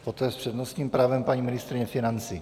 A poté s přednostním právem paní ministryně financí.